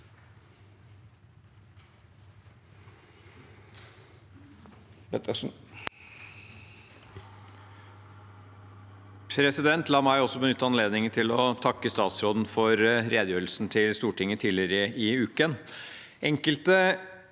La meg også benytte anledningen til å takke statsråden for redegjørelsen til Stortinget tidligere i uken.